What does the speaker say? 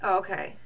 okay